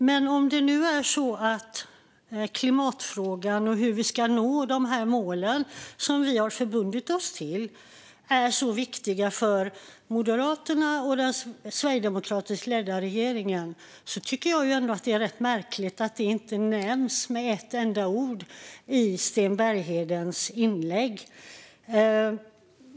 Fru talman! Men om nu klimatfrågan och frågan om hur vi ska nå de mål som vi har förbundit oss till är så viktiga för Moderaterna och den sverigedemokratiskt ledda regeringen tycker jag ändå att det är rätt märkligt att det inte nämns med ett enda ord i Sten Berghedens inlägg.